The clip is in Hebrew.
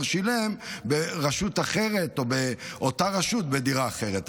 שילם עליה ברשות אחרת או באותה רשות בדירה אחרת.